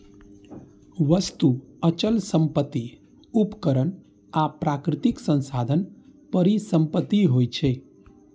वस्तु, अचल संपत्ति, उपकरण आ प्राकृतिक संसाधन परिसंपत्ति होइ छै